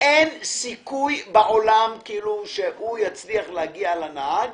אין סיכוי בעולם שהנוסע יצליח להגיע לנהג